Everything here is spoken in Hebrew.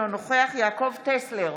אינו נוכח יעקב טסלר,